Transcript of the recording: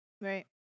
Right